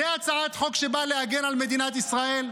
זו הצעת חוק שבאה להגן על מדינת ישראל?